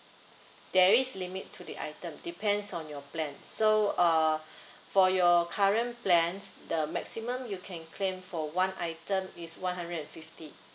there is limit to the item depends on your plan so uh for your current plans the maximum you can claim for one item is one hundred and fifty